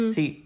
See